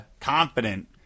confident